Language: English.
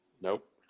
Nope